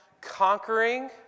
conquering